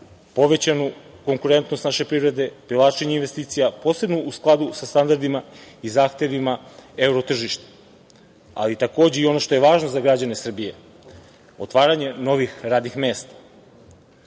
povećanu konkurentnost naše privrede, privlačenje investicija, posebno u skladu sa standardima i zahtevima evro tržišta, ali, takođe, i ono što je važno za građane Srbije – otvaranje novih radnih mesta. Nova